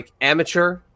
amateur